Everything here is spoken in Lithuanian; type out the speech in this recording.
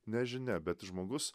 nežinia bet žmogus